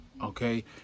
Okay